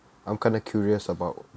I'm kind of curious about